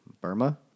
Burma